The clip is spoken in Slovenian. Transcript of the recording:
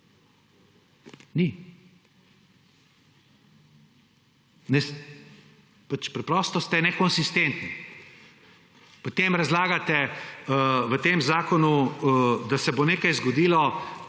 Ni. Pač preprosto ste nekonsistentni. Potem razlagate v tem zakonu, da se bo nekaj zgodilo,